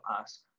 ask